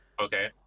Okay